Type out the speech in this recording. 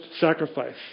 sacrifice